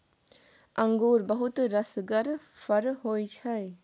अंगुर बहुत रसगर फर होइ छै